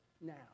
Now